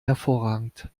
hervorragend